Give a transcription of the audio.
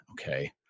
okay